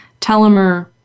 telomere